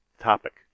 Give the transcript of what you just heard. topic